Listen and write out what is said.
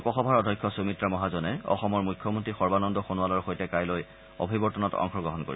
লোকসভাৰ অধ্যক্ষ সুমিত্ৰা মহাজনে অসমৰ মুখ্যমন্তী সৰ্বানন্দ সোণোৱালৰ সৈতে কাইলৈ অভিৱৰ্তনত অংশগ্ৰহণ কৰিব